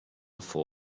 for